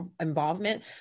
involvement